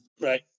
Right